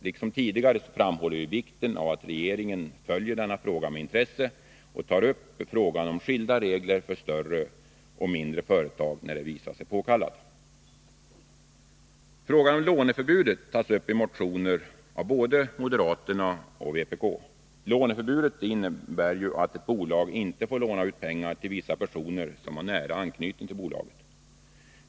Liksom tidigare framhåller vi vikten av att regeringen följer denna fråga med intresse och tar upp frågan om skilda regler för större och mindre företag när detta visar sig påkallat. Frågan om låneförbudet tas upp i motioner både av moderaterna och av vpk. Låneförbudet innebär att ett bolag inte får låna ut pengar till vissa personer som har nära anknytning till bolaget.